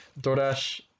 DoorDash